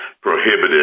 prohibited